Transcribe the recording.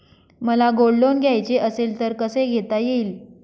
मला gold loan घ्यायचे असेल तर कसे घेता येईल?